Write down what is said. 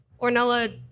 Ornella